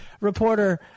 reporter